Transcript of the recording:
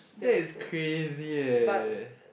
that is crazy eh